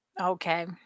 Okay